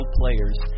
players